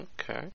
Okay